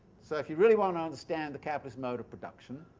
so if you really want to understand the capitalist mode of production,